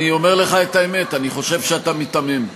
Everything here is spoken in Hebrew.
אני אומר לך את האמת, אני חושב שאתה מיתמם.